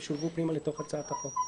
והם שולבו פנימה לתוך הצעת החוק.